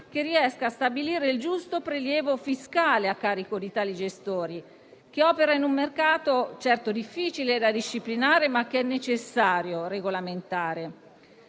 che riesca a stabilire il giusto prelievo fiscale a carico di tali gestori, che operano in un mercato certo difficile da disciplinare, ma che è necessario regolamentare.